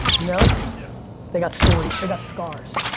you know, yeah they got stories, they got scars.